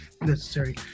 Necessary